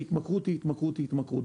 היא שהתמכרות היא התמכרות היא התמכרות.